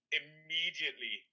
immediately